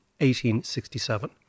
1867